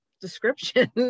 description